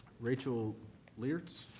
rachel lierz,